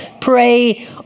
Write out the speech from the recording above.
Pray